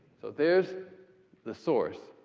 so there's the source.